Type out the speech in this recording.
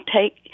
take